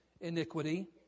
iniquity